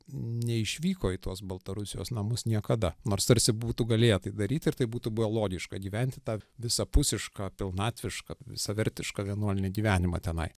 neišvyko į tuos baltarusijos namus niekada nors tarsi būtų galėję tai daryt ir tai būtų buvę logiška gyventi tą visapusišką pilnatvišką visavertišką vienuolinį gyvenimą tenai